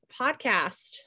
podcast